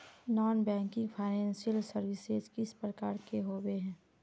Non banking financial services किस प्रकार के होबे है?